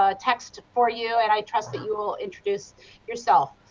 ah text for you, and i trust that you will introduce yourself.